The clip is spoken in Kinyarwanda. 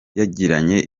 yagiranye